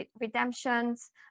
redemptions